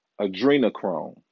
Adrenochrome